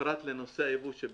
פרט לנושא הייבוא.